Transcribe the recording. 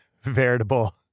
veritable